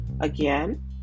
Again